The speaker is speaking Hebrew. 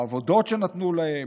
בעבודות שנתנו להם,